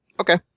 Okay